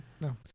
No